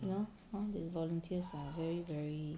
you know the volunteers are very very